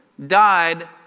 Died